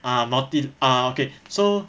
ah multi ah okay so